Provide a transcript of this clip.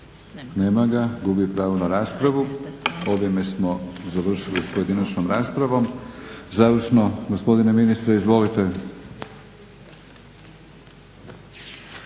Nema ga. Gubi pravo na raspravu. Ovime smo završili s pojedinačnom raspravom. Završno gospodine ministre izvolite.